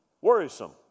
worrisome